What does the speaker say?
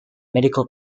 medical